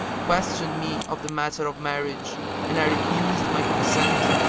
questioned me of the matter of marriage and i refused my consent?